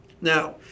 Now